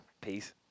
Peace